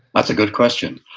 that's a good question.